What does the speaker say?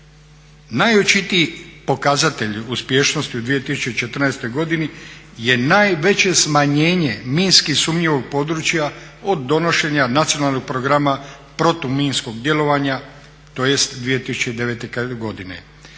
Najočitiji pokazatelj uspješnosti u 2014.godini je najveće smanjenje minski sumnjivog područja od donošenja Nacionalnog programa protuminskog djelovanja, tj. 2009.godine